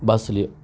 பஸ்ஸுலேயோ